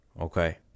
okay